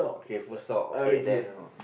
okay full stop okay then uh